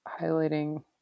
highlighting